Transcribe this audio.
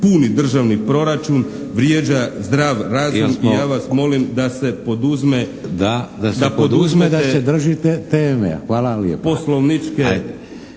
puni državni proračun vrijeđa zdrav razum i ja vas molim da se poduzme … **Šeks, Vladimir